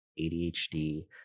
ADHD